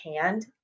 hand